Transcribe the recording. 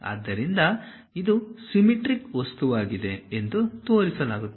ಆದ್ದರಿಂದ ಇದು ಸಿಮೆಟ್ರಿಕ್ ವಸ್ತುವಾಗಿದೆ ಎಂದು ತೋರಿಸಲಾಗುತ್ತಿದೆ